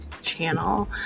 channel